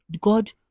God